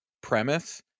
premise